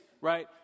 right